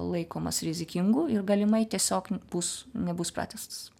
laikomas rizikingu ir galimai tiesiog bus nebus pratęstas